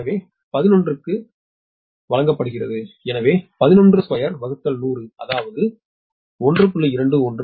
எனவே 11 க்கு 11 வழங்கப்படுகிறது எனவே 112100அதாவது 1